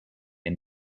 and